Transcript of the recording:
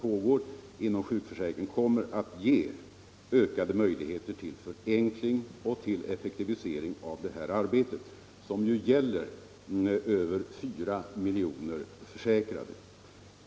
pågår inom sjukförsäkringen kommer att ge ökade möjligheter till lust inom sjukförförenkling och effektivisering av detta arbete, som ju gäller över 4 miljoner — säkringen försäkrade.